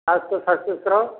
ଆଉ ତୋ ଶାଶୁ ଶ୍ଵଶୁର